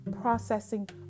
processing